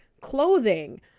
clothing